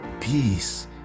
Peace